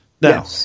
Now